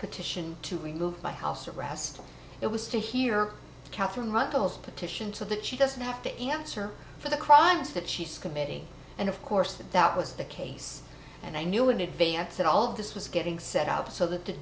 petition to remove my house arrest it was to hear katherine russell's petition to that she doesn't have to answer for the crimes that she's committing and of course that that was the case and i knew in advance that all of this was getting set up so that the